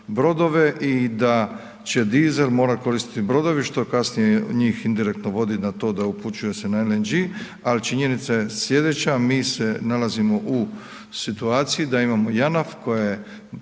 brodove i da će dizel morat koristiti brodovi, što kasnije njih indirektno vodi na to da upućuju se na LNG, al činjenica je slijedeća, mi se nalazimo u situaciji da imamo JANAF koja je